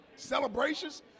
celebrations